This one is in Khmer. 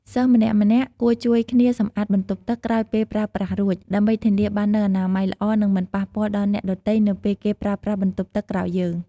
សិស្សម្នាក់ៗគួរជួយគ្នាសម្អាតបន្ទប់ទឹកក្រោយពេលប្រើប្រាស់រួច ដើម្បីធានាបាននូវអនាម័យល្អនិងមិនប៉ះពាល់ដល់អ្នកដទៃនៅពេលគេប្រើប្រាស់បន្ទប់ទឹកក្រោយយើង។